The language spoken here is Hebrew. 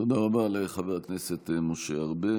תודה רבה לחבר הכנסת משה ארבל.